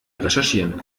recherchieren